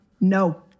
no